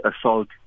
assault